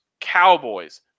Cowboys